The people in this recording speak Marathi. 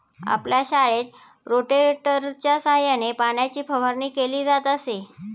आपल्या शाळेत रोटेटरच्या सहाय्याने पाण्याची फवारणी केली जात असे